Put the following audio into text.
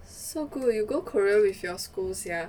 so good you go korea with your school sia